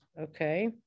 okay